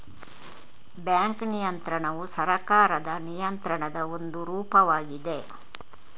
bank ನಿಯಂತ್ರಣವು ಸರ್ಕಾರದ ನಿಯಂತ್ರಣದ ಒಂದು ರೂಪವಾಗಿದೆ